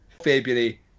February